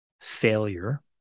failure